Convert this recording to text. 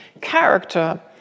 character –